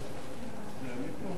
(תיקון מס' 3) (הגבלה על הקניה או